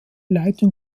leitung